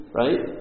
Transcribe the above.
right